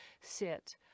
sit